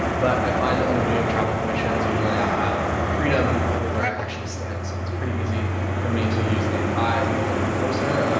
but i find that when i'm doing travel commissions, usually i have freedom over where i actually stand. so it's pretty easy for me to use an eighty five and get a little bit closer.